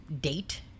date